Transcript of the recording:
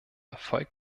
erfolg